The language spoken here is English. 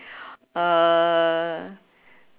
uh